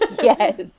Yes